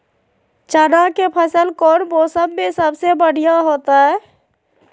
चना के फसल कौन मौसम में सबसे बढ़िया होतय?